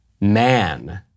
man